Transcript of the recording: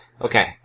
Okay